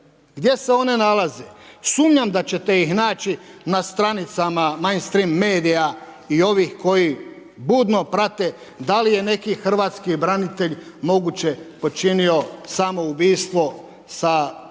Gdje se one nalaze? Sumnjam da ćete ih naći na stranicama … medija i ovih koji budno prate da li je neki hrvatski branitelj moguće počinio samoubistvo sa ratnim